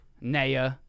Naya